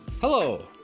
Hello